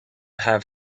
have